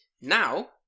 now